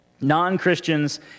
Non-Christians